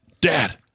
dad